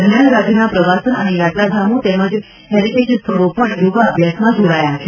દરમિયાન રાજ્યના પ્રવાસન અને યાત્રાધામો તેમજ હેરિટેજ સ્થળો પણ યોગાભ્યાસમાં જોડાયા છે